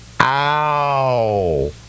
Ow